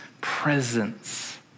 presence